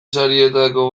sarietako